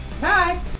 Bye